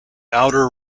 outer